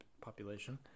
population